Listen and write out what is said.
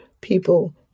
people